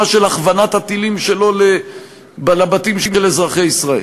של הכוונת הטילים שלו לבתים של אזרחי ישראל.